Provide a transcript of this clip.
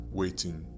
waiting